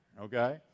okay